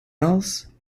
else